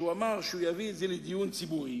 שאמר שיביא את זה לדיון ציבורי